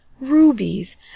rubies